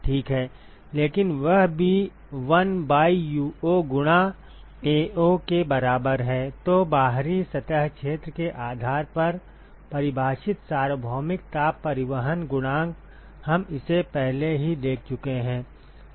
ठीक है लेकिन वह भी 1 by Uo गुणा Ao के बराबर है तो बाहरी सतह क्षेत्र के आधार पर परिभाषित सार्वभौमिक ताप परिवहन गुणांक हम इसे पहले ही देख चुके हैं